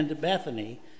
Bethany